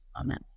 Amen